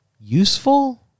useful